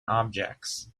objects